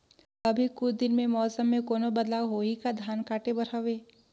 अभी कुछ दिन मे मौसम मे कोनो बदलाव होही का? धान काटे बर हवय?